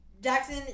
Jackson